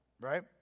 right